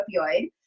opioid